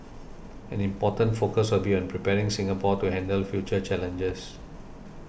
an important focus will be on preparing Singapore to handle future challenges